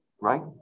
Right